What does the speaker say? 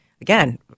again